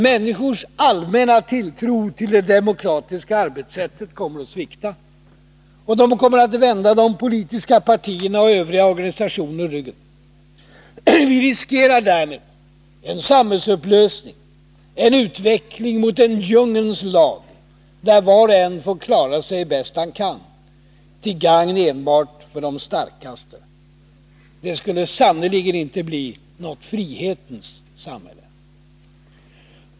Människors allmänna tilltro till det demokratiska arbetssättet kommer att svikta, och de kommer att vända de politiska partierna och övriga organisationer ryggen. Vi riskerar därmed en samhällsupplösning, en utveckling mot en djungelns lag, där var och en får klara sig bäst han kan, till gagn enbart för den starkaste. Det skulle sannerligen inte bli något frihetens samhälle.